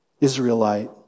Israelite